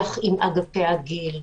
השיח עם אגפי הגיל,